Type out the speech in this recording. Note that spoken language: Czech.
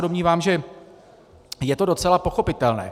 Domnívám se, že je to docela pochopitelné.